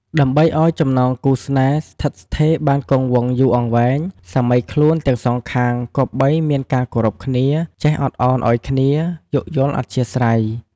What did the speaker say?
ដើម្បីឱ្យចំណងគូរស្នេហ៍ស្ថិតស្ថេរបានគង់វង្សយូរអង្វែង សាមីខ្លួនទាំងសងខាងគប្បីមានការគោរពគ្នា ចេះអត់ឳនឱ្យគ្នា យោគយល់អធ្យាស្រ័យ។